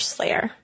Slayer